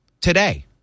today